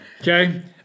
Okay